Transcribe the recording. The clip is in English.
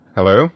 Hello